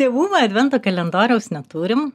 tėvų advento kalendoriaus neturim